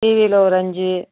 டிவியில ஒரு அஞ்சு